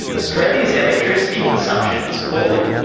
australia's electricity consumption is falling,